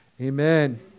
Amen